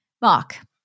Mark